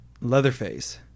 Leatherface